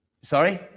Sorry